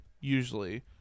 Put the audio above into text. usually